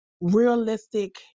realistic